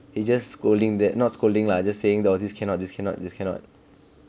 he just scolding that not scolding lah just saying oh this cannot this cannot this cannot